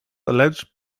alleged